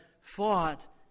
fought